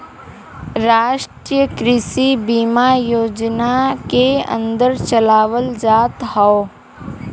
राष्ट्रीय कृषि बीमा योजना के अन्दर चलावल जात हौ